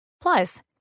Plus